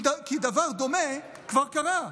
כי דבר דומה כבר קרה: